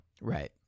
Right